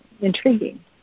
intriguing